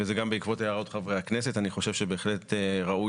וזה גם בעקבות הערות חברי הכנסת: אני חושב שבהחלט ראוי